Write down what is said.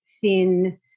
thin